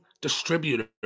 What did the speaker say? distributor